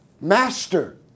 Master